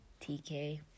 tk